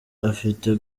afite